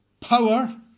power